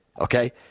okay